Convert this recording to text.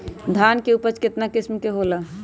धान के उपज केतना किस्म के होला?